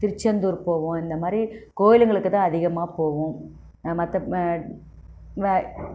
திருச்செந்தூர் போவோம் இந்த மாதிரி கோவிலுங்களுக்கு தான் அதிகமாக போவோம் மற்ற